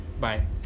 bye